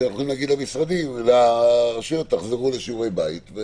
שאנחנו יכולים להגיד לרשויות: תחזרו לעשות שיעורי בית.